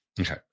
okay